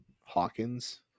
hawkins